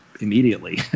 immediately